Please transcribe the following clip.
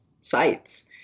sites